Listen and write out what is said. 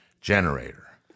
generator